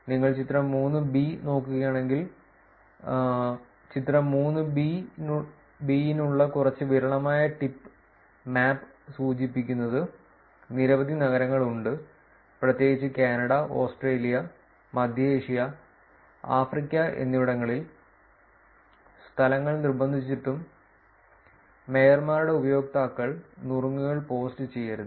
നിങ്ങൾ ചിത്രം 3 ബി നോക്കുകയാണെങ്കിൽ ചിത്രം 3 ബി നുള്ള കുറച്ച് വിരളമായ ടിപ്പ് മാപ്പ് സൂചിപ്പിക്കുന്നത് നിരവധി നഗരങ്ങൾ ഉണ്ട് പ്രത്യേകിച്ച് കാനഡ ഓസ്ട്രേലിയ മധ്യേഷ്യ ആഫ്രിക്ക എന്നിവിടങ്ങളിൽ സ്ഥലങ്ങൾ നിർബന്ധിച്ചിട്ടും മേയർമാരുടെ ഉപയോക്താക്കൾ നുറുങ്ങുകൾ പോസ്റ്റ് ചെയ്യരുത്